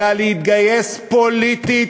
אלא להתגייס פוליטית,